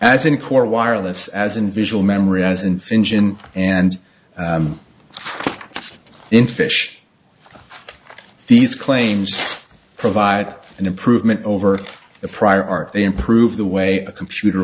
as in core wireless as in visual memory as an engine and in fish these claims provide an improvement over the prior art they improve the way a computer